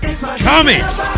Comics